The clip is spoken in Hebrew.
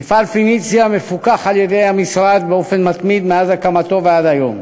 מפעל "פניציה" מפוקח על-ידי המשרד באופן מתמיד מאז הקמתו ועד היום.